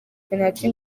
penaliti